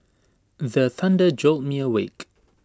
the thunder jolt me awake